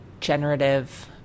generative